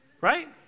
right